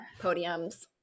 podiums